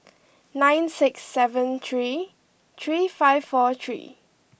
nine six seven three three five four three